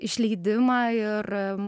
išleidimą ir